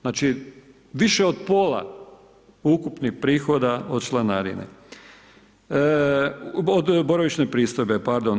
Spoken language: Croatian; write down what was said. Znači više od pola ukupnih prihoda od članarine, od boravišne pristojbe, pardon.